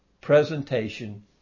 presentation